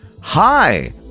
Hi